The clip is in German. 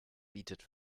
bietet